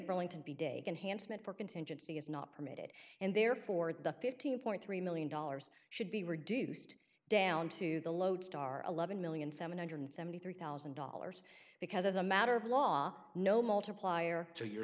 for contingency is not permitted and therefore the fifteen point three million dollars should be reduced down to the lodestar eleven million seven hundred seventy three thousand dollars because as a matter of law no multiplier so you're